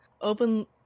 open